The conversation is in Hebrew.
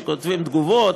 שכותבים תגובות